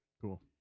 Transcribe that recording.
Cool